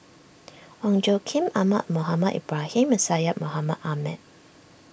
Ong Tjoe Kim Ahmad Mohamed Ibrahim and Syed Mohamed Ahmed